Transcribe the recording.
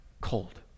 cold